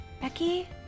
Becky